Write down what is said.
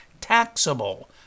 taxable